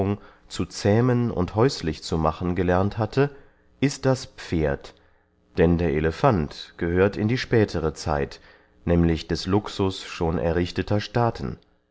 zu zähmen und häuslich zu machen gelernt hatte ist das pferd denn der elephant gehört in die spätere zeit nämlich des luxus schon errichteter staaten